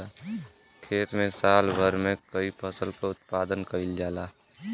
खेत में साल भर में कई फसल क उत्पादन कईल जाला